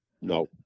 No